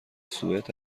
سوئد